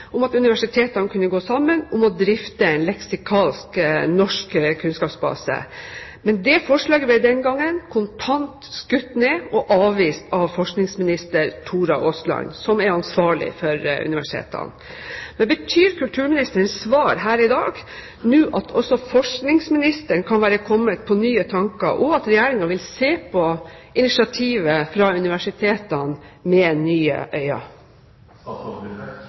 at universitetene kunne gå sammen om å drifte en leksikalsk norsk kunnskapsbase. Men det forslaget ble den gangen kontant skutt ned og avvist av forskningsminister Tora Aasland, som er ansvarlig for universitetene. Betyr kulturministerens svar her i dag at også forskningsministeren nå kan være kommet på nye tanker og at Regjeringen vil se på initiativet fra universitetene med nye